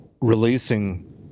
releasing